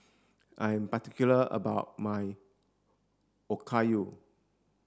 I'm particular about my Okayu